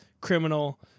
criminal